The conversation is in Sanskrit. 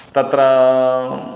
तत्र